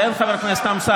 אלקין, כן, חבר הכנסת אמסלם.